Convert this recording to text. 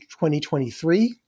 2023